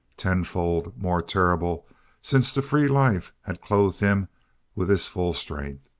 ten-fold more terrible since the free life had clothed him with his full strength.